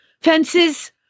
Fences